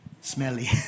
smelly